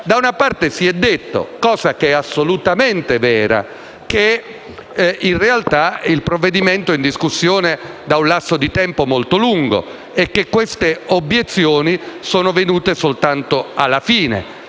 Da una parte si è detto - cosa assolutamente vera - che in realtà il provvedimento è in discussione da un lasso di tempo molto lungo e che queste obiezioni sono venute soltanto alla fine.